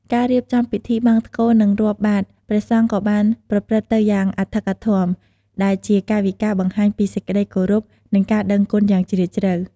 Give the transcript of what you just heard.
ការរៀបចំពិធីបង្សុកូល និងរាប់បាត្រព្រះសង្ឃក៏បានប្រព្រឹត្តទៅយ៉ាងអធិកអធម ដែលជាកាយវិការបង្ហាញពីសេចក្តីគោរព និងការដឹងគុណយ៉ាងជ្រាលជ្រៅ។